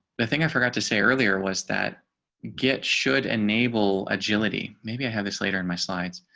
the thing i forgot to say earlier was that get should enable agility, maybe i have this later in my slides.